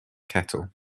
kettle